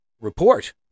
report